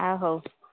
ହ ହଉ